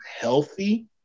healthy